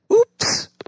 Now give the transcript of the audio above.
Oops